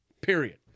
period